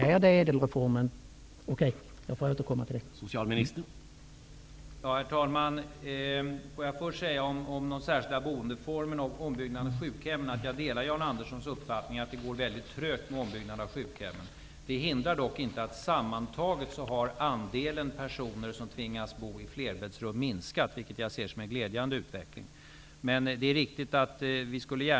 Är det ÄDEL reformen? Jag får återkomma till det senare.